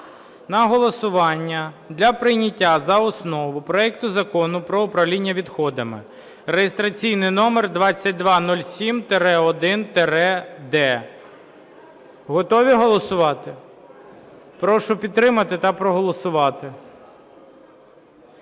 На голосування для прийняття за основу проект Закону про управління відходами (реєстраційний номер 2207-1-д). Готові голосувати? Прошу підтримати та проголосувати.